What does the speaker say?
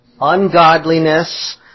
Ungodliness